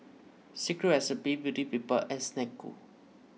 Secret Recipe Beauty People and Snek Ku